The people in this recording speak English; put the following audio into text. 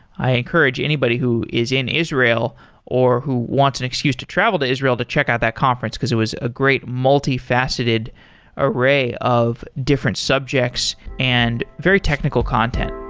i encourage anybody who is in israel or who wants an excuse to travel to israel to check out that conference, because it was a great multi-faceted array of different subjects and very technical content.